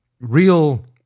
real